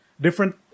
different